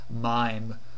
mime